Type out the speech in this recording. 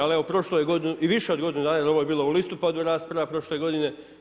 Ali evo prošlo je i više od godinu dana jer ovo je bilo u listopadu rasprava prošle godine.